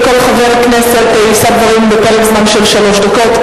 וכל חבר כנסת יישא דברים בפרק זמן של שלוש דקות.